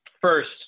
First